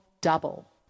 double